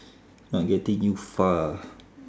not getting you far